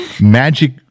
magic